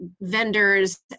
vendors